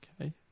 Okay